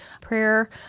prayer